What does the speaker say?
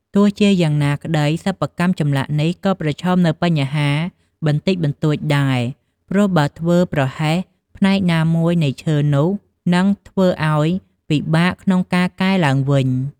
ទោះជាយ៉ាងណាក្តី សិប្បកម្មចម្លាក់នេះ ក៏ប្រឈមនូវបញ្ហាបន្តិចបន្តួចដែរ ព្រោះបើធ្វើប្រហែសផ្នែកណាមួយនៃឈើនោះ នឹងធ្វើឲ្យពិបាកក្នុងការកែឡើងវិញ។